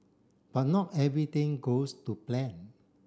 but not everything goes to plan